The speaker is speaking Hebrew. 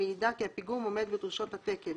המעידה כי הפיגום עומד בדרישות התקן,